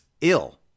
ill